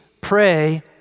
pray